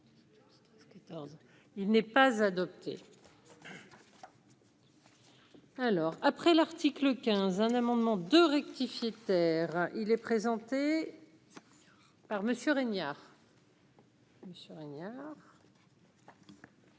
Il n'est pas adopté. Alors, après l'article 15 un amendement de rectifier, terre, il est présenté par Monsieur Régnard.